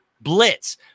blitz